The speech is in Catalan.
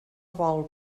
vol